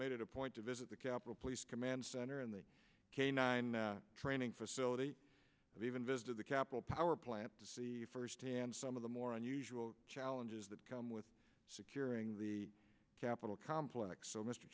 made it a point to visit the capitol police command center and the canine training facility even visited the capitol power plant to see firsthand some of the more unusual challenges that come with securing the capitol complex so mr